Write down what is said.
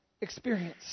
experience